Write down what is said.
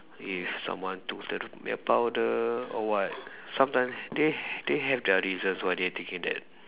if someone took the milk powder or what sometimes they they have their reasons why they are taking that